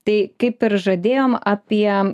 tai kaip ir žadėjom apie